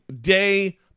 day